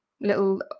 little